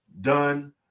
done